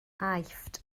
aifft